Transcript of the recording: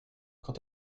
quand